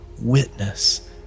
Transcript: witness